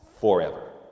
forever